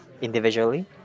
individually